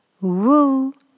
woo